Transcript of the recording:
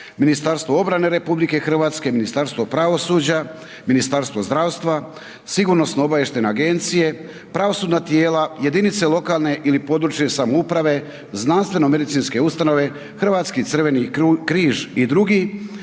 Ministarstvo obrane RH, Ministarstvo pravosuđa, Ministarstvo zdravstva, SOA-e, pravosudna tijela, jedinice lokalne ili područne samouprave, znanstveno-medicinske ustanove, Hrvatski crveni križ i dr..